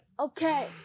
Okay